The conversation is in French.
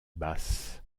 basse